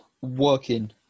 working